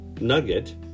nugget